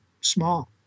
small